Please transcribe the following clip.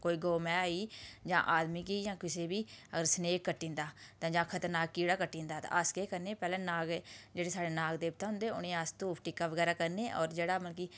कोई गौ मैंह् आई जां आदमी गी जां किसै बी अगर सनेक कट्टी जंदा ते जां खतरनाक कीड़ा कट्टी जंदा ते अस केह् करने पैह्लै नाग जेह्ड़े साढ़े नाग देवता होंदे उ'नें अस धूफ टिक्का बगैरा करने होर जेह्ड़ा मतलब कि